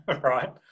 Right